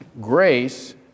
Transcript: Grace